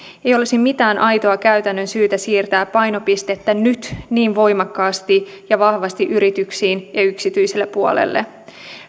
ei olisi mitään aitoa käytännön syytä siirtää painopistettä nyt niin voimakkaasti ja vahvasti yrityksiin ja yksityiselle puolelle